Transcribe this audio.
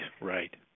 right